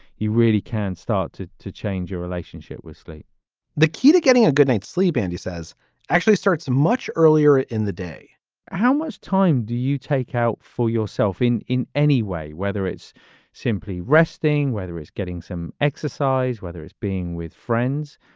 you really can start to to change your relationship with sleep the key to getting a good night's sleep, and he says actually starts much earlier in the day how much time do you take out for yourself in. in any way, whether it's simply resting, whether it's getting some exercise, whether it's being with friends,